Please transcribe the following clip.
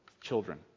children